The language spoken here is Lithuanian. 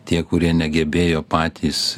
tie kurie negebėjo patys